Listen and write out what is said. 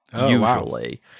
usually